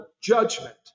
judgment